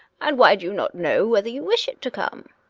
and why do you not know whether you wish it to come?